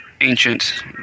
ancient